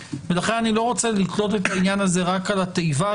ולכן אני לא רוצה לתלות את העניין הזה רק על התיבה,